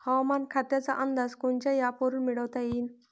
हवामान खात्याचा अंदाज कोनच्या ॲपवरुन मिळवता येईन?